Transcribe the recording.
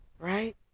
right